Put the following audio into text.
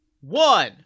one